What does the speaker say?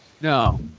No